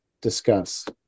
discuss